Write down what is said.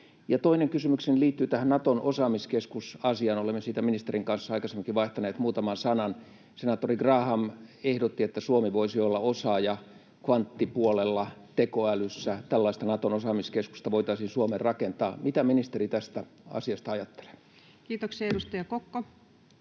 toinen kysymykseni liittyy tähän Naton osaamiskeskus -asiaan. Olemme siitä ministerin kanssa aikaisemminkin vaihtaneet muutaman sanan. Senaattori Graham ehdotti, että Suomi voisi olla osaaja kvanttipuolella, tekoälyssä — tällaista Naton osaamiskeskusta voitaisiin Suomeen rakentaa. Mitä ministeri tästä asiasta ajattelee? [Speech 95] Speaker: